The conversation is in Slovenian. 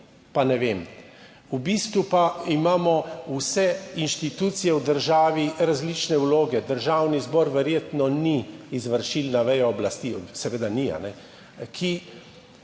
pa ne vem. V bistvu pa imamo vse institucije v državi različne vloge. Državni zbor seveda ni izvršilna veja oblasti, ki bi